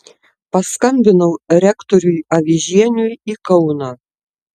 paskambinau rektoriui avižieniui į kauną